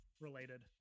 related